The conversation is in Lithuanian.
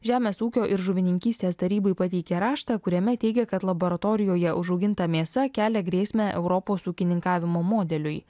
žemės ūkio ir žuvininkystės tarybai pateikė raštą kuriame teigė kad laboratorijoje užauginta mėsa kelia grėsmę europos ūkininkavimo modeliui